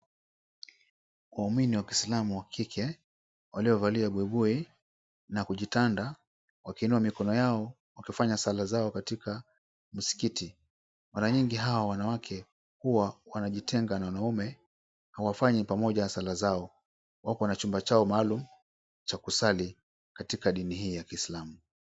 Waumini wa kiislamu wa kike waliovalia buibui na kujitanda wakiinua mikono yao wakifanya sala zao katika msikiti. Mara nyingi hawa wanawake huwa wanajitenga na wanaume. Hawafanyi pamoja sala zao wako na chumba maalum cha kusali katika dini hii ya kiislamu.